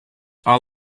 are